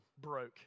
broke